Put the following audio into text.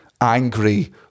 angry